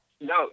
no